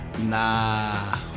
Nah